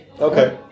Okay